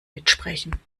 mitsprechen